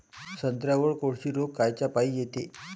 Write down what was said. संत्र्यावर कोळशी रोग कायच्यापाई येते?